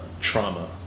trauma